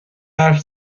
حرف